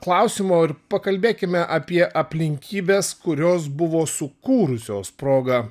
klausimo ir pakalbėkime apie aplinkybes kurios buvo sukūrusios progą